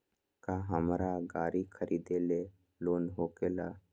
का हमरा गारी खरीदेला लोन होकेला?